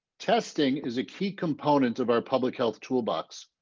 testing is a key component of our public health toolbox.